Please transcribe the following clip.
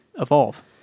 evolve